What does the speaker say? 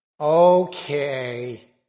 Okay